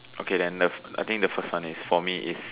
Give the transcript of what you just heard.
okay then the first I think the first one is for me is